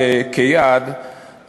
כיעד,